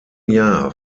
jahr